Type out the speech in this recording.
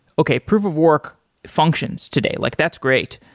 okay, proof of work functions today, like that's great.